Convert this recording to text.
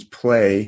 play